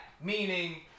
Meaning